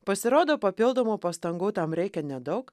pasirodo papildomų pastangų tam reikia nedaug